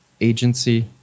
agency